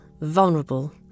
vulnerable